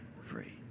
free